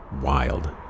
wild